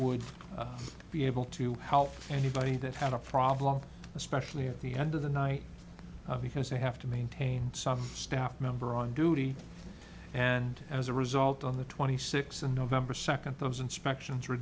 would be able to help anybody that had a problem especially at the end of the night because they have to maintain some staff member on duty and as a result on the twenty six and november second those inspections were